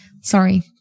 Sorry